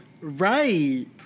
Right